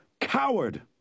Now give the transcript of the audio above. Coward